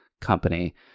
company